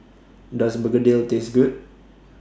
Does Begedil Taste Good